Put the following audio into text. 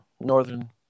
Northern